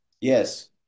Yes